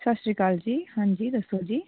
ਸਤਿ ਸ਼੍ਰੀ ਅਕਾਲ ਜੀ ਹਾਂਜੀ ਦੱਸੋ ਜੀ